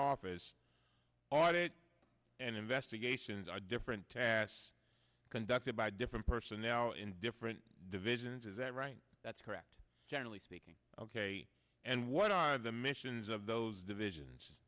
office audit and investigations are different tasks conducted by different person now in different divisions is that right that's correct generally speaking ok and what are the missions of those